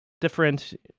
different